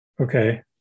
Okay